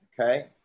Okay